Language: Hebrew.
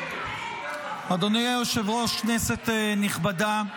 כנסת נכבדה,